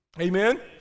Amen